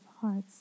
hearts